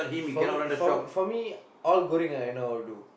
for me for me for me all goreng I know how to do